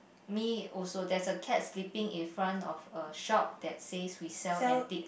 me also there's a cat sleeping in front of a shop that says we sell antiques